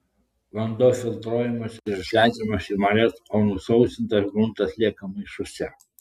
vanduo filtruojamas ir išleidžiamas į marias o nusausintas gruntas lieka maišuose